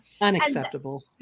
Unacceptable